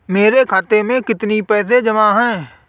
मेरे खाता में कितनी पैसे जमा हैं?